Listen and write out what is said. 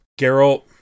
Geralt